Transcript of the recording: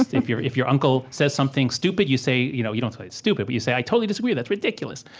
if your if your uncle says something stupid, you say you know you don't say it was stupid, but you say, i totally disagree. that's ridiculous.